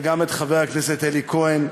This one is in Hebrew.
וגם את חבר הכנסת אלי כהן,